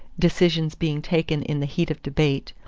decisions being taken in the heat of debate,